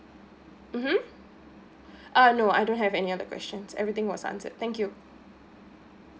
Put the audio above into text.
mmhmm uh no I don't have any other questions everything was answered thank you